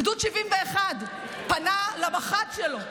גדוד 71 פנה למח"ט שלו,